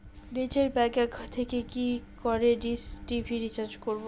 নিজের bank account থেকে কি করে ডিশ টি.ভি রিচার্জ করবো?